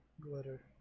Glitter